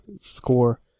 score